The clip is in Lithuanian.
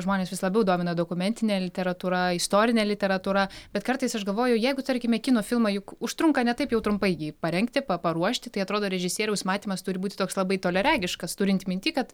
žmones vis labiau domina dokumentinė literatūra istorinė literatūra bet kartais aš galvoju jeigu tarkime kino filmą juk užtrunka ne taip jau trumpai jį parengti pa paruošti tai atrodo režisieriaus matymas turi būti toks labai toliaregiškas turint minty kad